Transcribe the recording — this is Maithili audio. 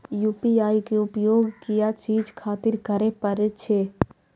यू.पी.आई के उपयोग किया चीज खातिर करें परे छे?